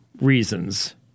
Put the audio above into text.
reasons